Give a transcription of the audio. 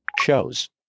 Shows